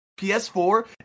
ps4